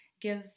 give